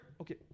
Okay